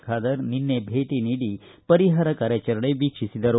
ಖಾದರ್ ನಿನ್ನೆ ಭೇಟಿ ನೀಡಿ ಪರಿಹಾರ ಕಾರ್ಯಾಚರಣೆ ವೀಕ್ಷಿಸಿದರು